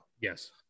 Yes